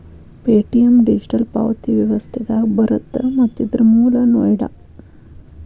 Paytm digital ಪಾವತಿ ವ್ಯವಸ್ಥೆದಾಗ ಬರತ್ತ ಮತ್ತ ಇದರ್ ಮೂಲ ನೋಯ್ಡಾ